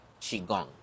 Qigong